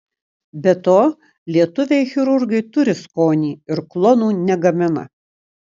be to lietuviai chirurgai turi skonį ir klonų negamina